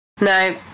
No